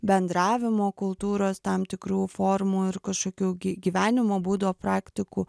bendravimo kultūros tam tikrų formų ir kašokių gy gyvenimo būdo praktikų